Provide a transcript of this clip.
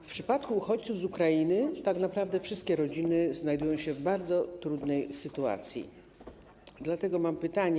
W przypadku uchodźców z Ukrainy tak naprawdę wszystkie rodziny znajdują się w bardzo trudnej sytuacji, dlatego mam pytanie: